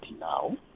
now